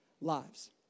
lives